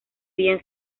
bien